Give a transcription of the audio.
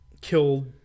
killed